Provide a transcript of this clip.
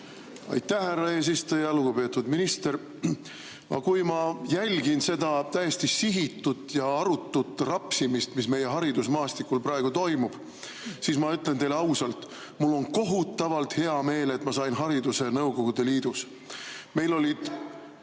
Aitäh, härra eesistuja! Lugupeetud minister! Kui ma jälgin seda täiesti sihitut ja arutut rapsimist, mis meie haridusmaastikul praegu toimub, siis ma ütlen teile ausalt: mul on kohutavalt hea meel, et ma sain hariduse Nõukogude Liidus. Meil olid